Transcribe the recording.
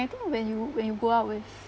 think when you when you go out with